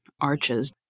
arches